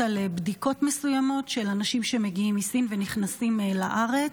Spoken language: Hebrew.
על בדיקות מסוימות של אנשים שמגיעים מסין ונכנסים לארץ,